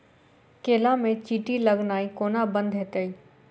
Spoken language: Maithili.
केला मे चींटी लगनाइ कोना बंद हेतइ?